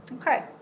Okay